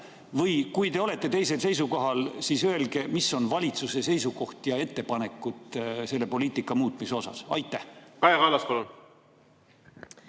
Kui te olete teisel seisukohal, siis öelge, mis on valitsuse seisukoht ja ettepanekud selle poliitika muutmise kohta. Kaja